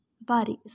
bodies